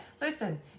listen